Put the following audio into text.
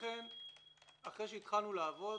לכן אחרי שהתחלנו לעבוד,